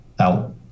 out